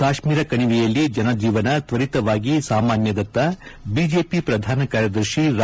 ಕಾಶ್ವೀರ ಕಣಿವೆಯಲ್ಲಿ ಜನಜೀವನ ತ್ವರಿತವಾಗಿ ಸಾಮಾನ್ಯದತ್ತ ಬಿಜೆಪಿ ಪ್ರಧಾನ ಕಾರ್ಯದರ್ಶಿ ರಾಮ್ಮಾಧವ್